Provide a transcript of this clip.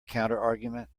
counterargument